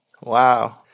Wow